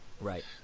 Right